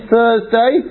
Thursday